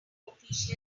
official